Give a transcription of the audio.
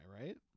right